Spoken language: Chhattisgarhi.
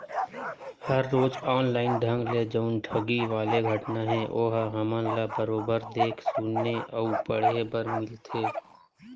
हर रोज ऑनलाइन ढंग ले जउन ठगी वाले घटना हे ओहा हमन ल बरोबर देख सुने अउ पड़हे बर मिलत हे